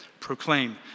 proclaim